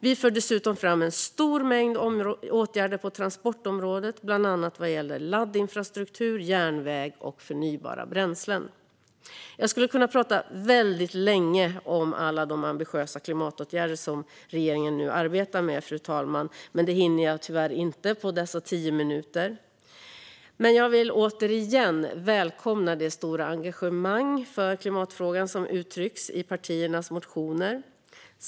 Vi för dessutom fram en stor mängd åtgärder på transportområdet, bland annat vad gäller laddinfrastruktur, järnväg och förnybara bränslen. Jag skulle kunna tala väldigt länge om alla de ambitiösa klimatåtgärder som regeringen nu arbetar med, fru talman, men det hinner jag tyvärr inte på dessa tio minuter. Jag vill dock återigen välkomna det stora engagemang för klimatfrågan som uttryckts i partiernas motioner.